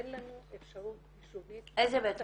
אין לנו אפשרות מחשובית --- איזה בית משפט?